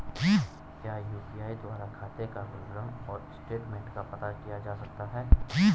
क्या यु.पी.आई द्वारा खाते का विवरण और स्टेटमेंट का पता किया जा सकता है?